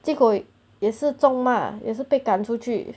结果也是中骂也是被赶出去